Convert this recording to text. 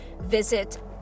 visit